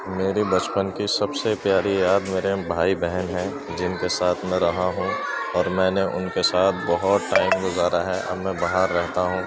میرے بچپن کی سب سے پیاری یاد میرے بھائی بہن ہیں جن کے ساتھ میں رہا ہوں اور میں نے ان کے ساتھ بہت ٹائم گزارا ہے اب میں باہر رہتا ہوں